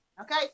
okay